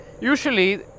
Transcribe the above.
Usually